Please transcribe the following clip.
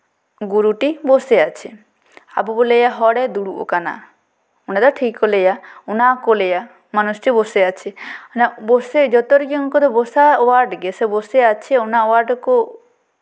ᱜᱩᱨᱩᱴᱤ ᱵᱚᱥᱮ ᱟᱪᱷᱮ ᱟᱵᱚ ᱵᱚᱱ ᱞᱟᱹᱭᱟ ᱦᱚᱲᱮ ᱫᱩᱲᱩᱵ ᱠᱟᱱᱟ ᱚᱱᱟ ᱫᱚ ᱴᱷᱤᱠ ᱜᱮᱠᱚ ᱞᱟᱹᱭᱟ ᱚᱱᱟ ᱜᱮᱠᱚ ᱞᱟᱹᱭᱟ ᱢᱟᱱᱩᱥᱴᱤ ᱵᱚᱥᱮ ᱟᱪᱷᱮ ᱚᱱᱟ ᱵᱚᱥᱮ ᱡᱚᱛᱚ ᱨᱮᱜᱮ ᱩᱱᱠᱩ ᱫᱚ ᱵᱚᱥᱟ ᱳᱣᱟᱨᱰ ᱜᱮ ᱥᱮ ᱵᱚᱥᱮ ᱟᱪᱷᱮ ᱚᱱᱟ ᱳᱣᱟᱨᱰ ᱠᱚ